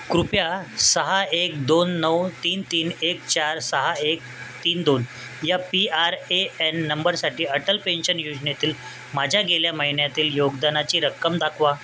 कृपया सहा एक दोन नऊ तीन तीन एक चार सहा एक तीन दोन या पी आर ए एन नंबरसाठी अटल पेन्शन योजनेतील माझ्या गेल्या महिन्यातील योगदानाची रक्कम दाखवा